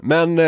Men